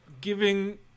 giving